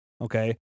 Okay